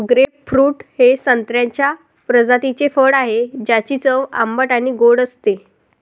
grapefruit हे संत्र्याच्या प्रजातीचे फळ आहे, ज्याची चव आंबट आणि गोड असते